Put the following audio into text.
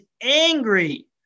angry